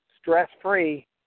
stress-free